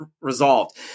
resolved